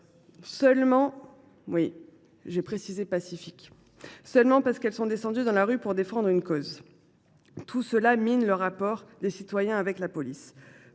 seulement parce qu’elles sont descendues dans la rue pour défendre une cause : tout cela mine le rapport des citoyens avec la police.